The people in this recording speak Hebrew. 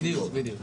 בדיוק, בדיוק.